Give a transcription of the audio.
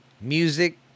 music